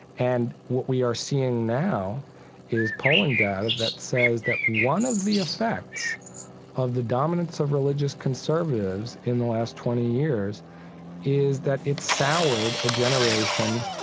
and what we are seeing now is polling data that says that one of the effects of the dominance of religious conservatives in the last twenty years is that it's soured a generation,